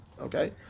Okay